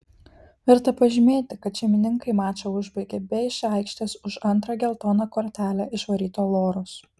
verta pažymėti kad šeimininkai mačą užbaigė be iš aikštės už antrą geltoną kortelę išvaryto loros